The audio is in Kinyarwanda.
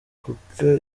kuko